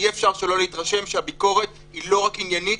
אי-אפשר שלא להתרשם שהביקורת היא לא רק לא עניינית,